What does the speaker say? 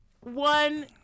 one